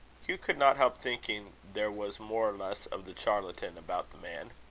hugh could not help thinking there was more or less of the charlatan about the man.